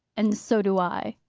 and so do i,